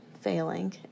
failing